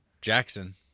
Jackson